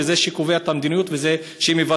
והוא זה שקובע את המדיניות וזה שמבצע,